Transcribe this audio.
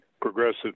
progressive